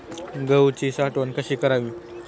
गहूची साठवण कशी करावी?